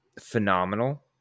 phenomenal